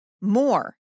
more